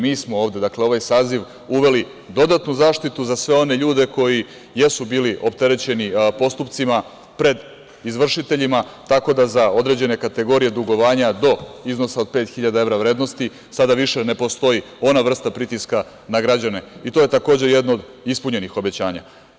Mi smo ovde, ovaj saziv, uneli dodatnu zaštitu za sve one ljudi koji jesu bili opterećeni postupcima pred izvršiteljima, tako da za određene kategorije dugovanja do iznosa od pet hiljada evra vrednosti sada više ne postoji ona vrsta pritiska na građane i to je takođe jedno od ispunjenih obećanja.